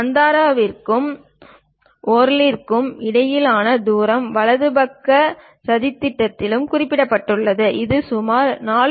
பாந்த்ராவிற்கும் வொர்லிக்கும் இடையிலான தூரம் வலது பக்க சதித்திட்டத்திலும் குறிப்பிடப்பட்டுள்ளது இது சுமார் 4